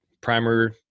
primer